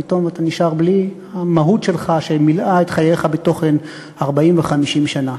פתאום אתה נשאר בלי המהות שמילאה את חייך בתוכן 40 ו-50 שנה,